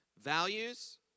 values